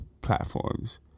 platforms